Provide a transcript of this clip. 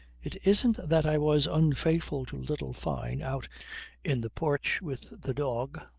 it isn't that i was unfaithful to little fyne out in the porch with the dog.